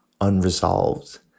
unresolved